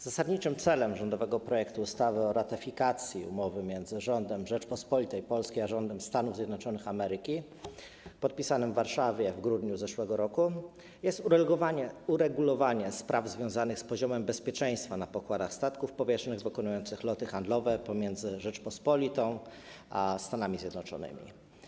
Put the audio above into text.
Zasadniczym celem rządowego projektu ustawy o ratyfikacji umowy między rządem Rzeczypospolitej Polskiej a rządem Stanów Zjednoczonych Ameryki podpisanej w Warszawie w grudniu zeszłego roku jest uregulowanie spraw związanych z poziomem bezpieczeństwa na pokładach statków powietrznych wykonujących loty handlowe pomiędzy Rzecząpospolitą a Stanami Zjednoczonymi.